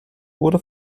wurde